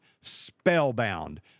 spellbound